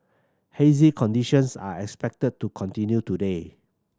hazy conditions are expected to continue today